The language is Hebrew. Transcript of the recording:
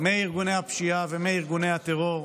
מארגוני הפשיעה ומארגוני הטרור,